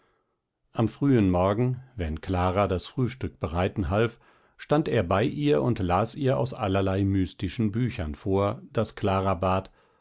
am frühen morgen wenn clara das frühstück bereiten half stand er bei ihr und las ihr aus allerlei mystischen büchern vor daß clara bat